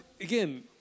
again